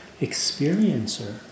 experiencer